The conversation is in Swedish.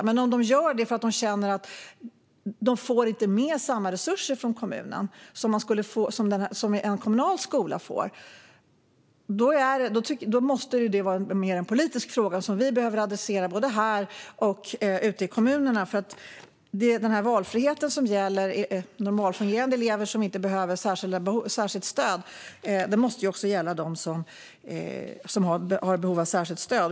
Men om de gör det därför att de känner att de inte får samma resurser från kommunen som en kommunal skola måste det vara mer en politisk fråga som vi behöver adressera, både här och ute i kommunerna. Den valfrihet som gäller normalfungerande elever som inte behöver särskilt stöd måste också gälla dem som har behov av särskilt stöd.